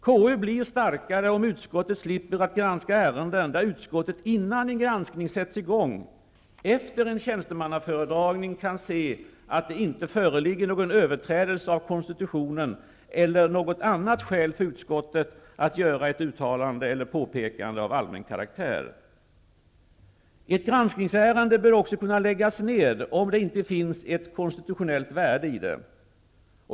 KU blir starkare om utskottet slipper att granska ärenden där utskottet -- innan en granskning sätts i gång -- efter en tjänstemannaföredragning kan se att det inte föreligger någon överträdelse av konstitutionen eller något annat skäl för utskottet att göra ett uttalande eller påpekande av allmän karaktär. Ett granskningsärende bör också kunna läggas ned om det inte finns ett konstitutionellt värde i det.